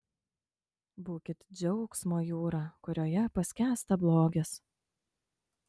būkit džiaugsmo jūra kurioje paskęsta blogis